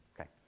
Okay